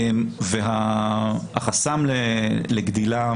והחסם לגדילה,